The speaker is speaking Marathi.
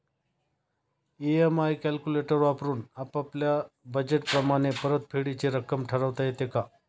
इ.एम.आय कॅलक्युलेटर वापरून आपापल्या बजेट प्रमाणे परतफेडीची रक्कम ठरवता येते का?